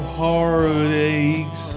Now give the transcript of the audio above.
heartaches